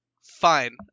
fine